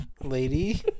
lady